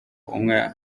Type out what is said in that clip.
umwe